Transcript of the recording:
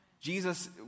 Jesus